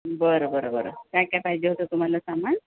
बरं बरं बरं काय काय पाहिजे होतं तुम्हाला सामान